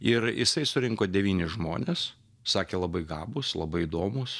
ir jisai surinko devynis žmones sakė labai gabūs labai įdomūs